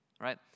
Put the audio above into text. right